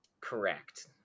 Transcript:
correct